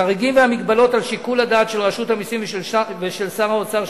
החריגים והמגבלות על שיקול הדעת של רשות המסים ושל שר האוצר,